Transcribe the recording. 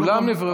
כולם נבראו בצלם.